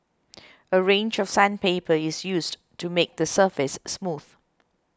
a range of sandpaper is used to make the surface smooth